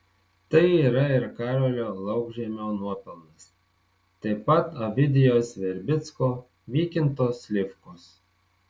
tai yra ir karolio laukžemio nuopelnas taip pat ovidijaus verbicko vykinto slivkos